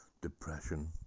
depression